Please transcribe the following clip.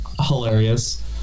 hilarious